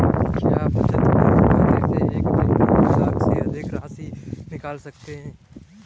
क्या बचत बैंक खाते से एक दिन में एक लाख से अधिक की राशि निकाल सकते हैं?